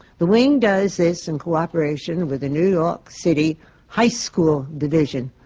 the wing does this in cooperation with the new york city high school division.